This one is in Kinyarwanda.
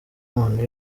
umuntu